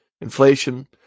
inflation